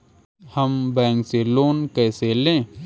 हम बैंक से लोन कैसे लें?